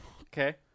Okay